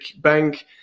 bank